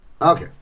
Okay